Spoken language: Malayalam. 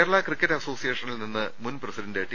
കേരള ക്രിക്കറ്റ് അസോസിയേഷനിൽ നിന്ന് മുൻ പ്രസിഡന്റ് ടി